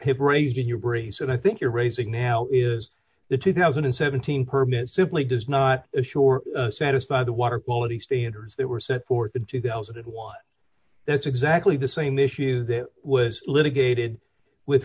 have raised in your brief that i think you're raising now is the two thousand and seventeen permit simply does not assure satisfy the water quality standards that were set forth in two thousand and one that's exactly the same issue that was litigated with